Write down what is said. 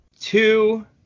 two